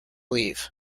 leave